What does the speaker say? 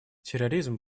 терроризм